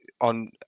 on